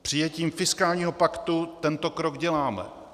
Přijetím fiskálního paktu tento krok děláme.